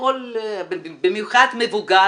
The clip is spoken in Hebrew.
במיוחד מבוגר,